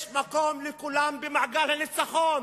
יש מקום לכולם במעגל הניצחון,